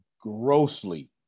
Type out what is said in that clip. grossly